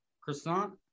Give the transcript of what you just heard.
Croissant